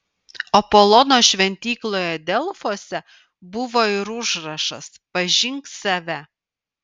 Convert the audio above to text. apolono šventykloje delfuose buvo ir užrašas pažink save